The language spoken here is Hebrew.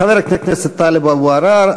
חבר הכנסת טלב אבו עראר,